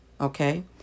Okay